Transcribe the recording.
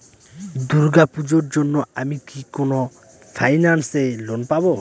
দূর্গা পূজোর জন্য আমি কি কোন ফাইন্যান্স এ লোন পাবো?